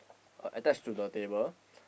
uh attached to the table